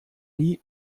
nie